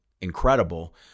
incredible